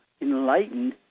enlightened